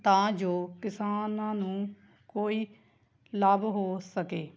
ਤਾਂ ਜੋ ਕਿਸਾਨਾਂ ਨੂੰ ਕੋਈ ਲਾਭ ਹੋ ਸਕੇ